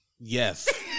Yes